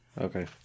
Okay